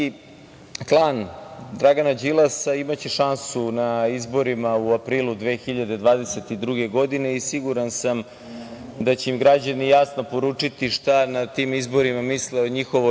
klan Dragana Đilasa imaće šansu na izborima u aprilu 2022. godine i siguran sam da će im građani jasno poručiti na tim izborima šta misle o njihovoj